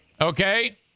Okay